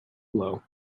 blow